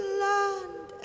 land